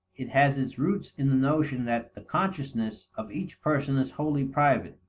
it has its roots in the notion that the consciousness of each person is wholly private,